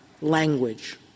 language